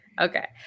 Okay